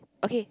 okay